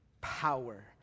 power